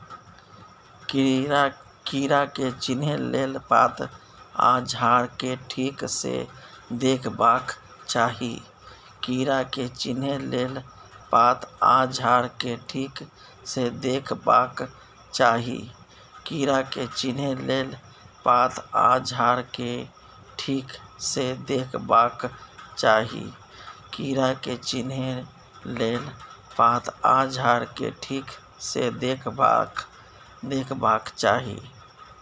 कीड़ा के चिन्हे लेल पात आ झाड़ केँ ठीक सँ देखबाक चाहीं